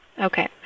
Okay